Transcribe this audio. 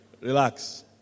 Relax